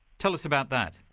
tell us about that.